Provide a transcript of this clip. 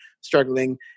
struggling